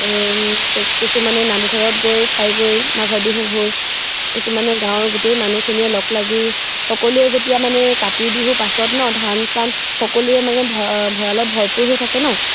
কিছুমানে নামঘৰত গৈ খাইগৈ মাঘৰ বিহু ভোজ কিছুমানে গাঁৱৰ গোটেই মানুহখিনিয়ে লগ লাগি সকলোৱে যেতিয়া মানে কাতি বিহুৰ পাছত নহ্ ধান চান সকলোৱে মানে ভ ভঁৰালত ভৰপূৰ হৈ থাকে নহ্